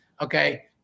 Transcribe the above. okay